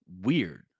weird